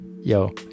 Yo